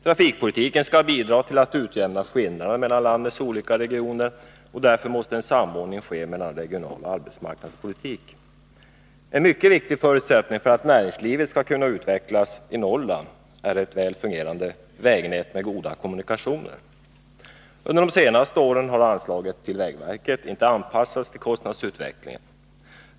Trafikpolitiken skall bidra till att utjämna skillnader mellan landets olika regioner, och därför måste en samordning ske mellan regionaloch arbetsmarknadspolitiken. En mycket viktig förutsättning för att näringslivet skall kunna utvecklas i Norrland är ett väl fungerande vägnät med goda kommunikationer. Under de senaste åren har anslagen till vägverket inte anpassats till kostnadsutvecklingen.